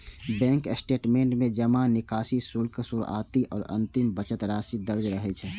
bank statement में जमा, निकासी, शुल्क, शुरुआती आ अंतिम बचत राशि दर्ज रहै छै